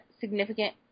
significant